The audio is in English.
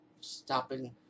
stopping